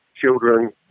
children